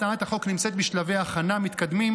הצעת החוק נמצאת בשלבי הכנה מתקדמים,